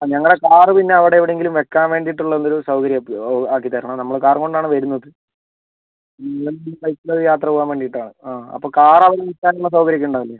ആ ഞങ്ങളുടെ കാർ പിന്നെ അവിടെ എവിടെയെങ്കിലും വയ്ക്കാൻ വേണ്ടിയിട്ടുള്ള ഒരു സൗകര്യം ആക്കിത്തരണം നമ്മൾ കാർ കൊണ്ടാണ് വരുന്നത് സൈറ്റിലൊരു യാത്ര പോകാൻ വേണ്ടിയിട്ടാണ് അപ്പോൾ കാർ അവിടെ വയ്ക്കാനുള്ള സൗകര്യം ഒക്കെ ഉണ്ടാവില്ലേ